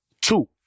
two